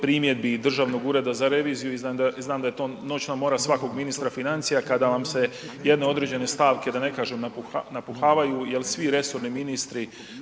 primjedbi i Državnog ureda za reviziju i znam da je to noćna mora svakog ministra financija kada vam se jedne određene stavka, da ne kažem napuhavaju jer svi resorni ministri